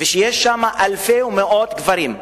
ויש שם אלפי ומאות קברים.